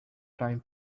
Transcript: time